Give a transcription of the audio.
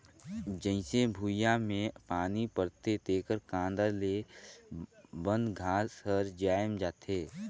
जईसे भुइयां में पानी परथे तेकर कांदा ले बन घास हर जायम जाथे